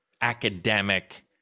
academic